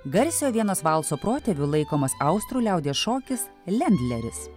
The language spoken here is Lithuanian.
garsiojo vienos valso protėviu laikomas austrų liaudies šokis lendleris